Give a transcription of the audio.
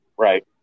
Right